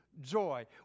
joy